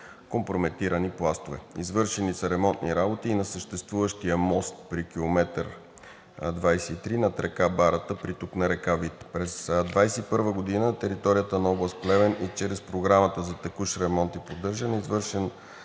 компрометирани пластове. Извършени са ремонтни работи и на съществуващия мост при км 23 над река Барата, приток на река Вит. През 2021 г. на територията на област Плевен и чрез Програмата за текущ ремонт и поддържане е извършен